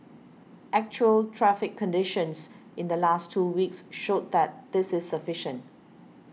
actual traffic conditions in the last two weeks showed that this is sufficient